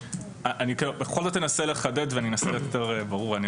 אני בכל זאת אנסה לחדד ואני אנסה להיות יותר ברור.